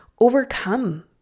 overcome